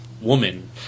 Woman